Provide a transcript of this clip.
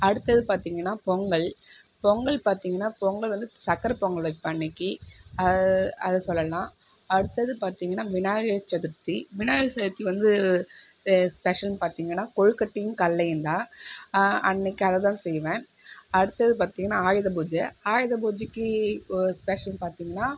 அடுத்தது பார்த்தீங்கனா பொங்கல் பொங்கல் பார்த்தீங்கனா பொங்கல் வந்து சக்கரை பொங்கல் வைப்பேன் அன்னக்கு அதை சொல்லலாம் அடுத்தது பார்த்தீங்கனா விநாயகர் சதுர்த்தி விநாயகர் சதுர்த்தி வந்து ஸ்பெஷல்னு பார்த்தீங்கனா கொழுக்கட்டையும் கல்லையும் தான் அன்னக்கு அதைத்தான் செய்வேன் அடுத்தது பார்த்தீங்கனா ஆயுத பூஜை ஆயுத பூஜைக்கு ஒரு ஸ்பெஷல்னு பார்த்தீங்கனா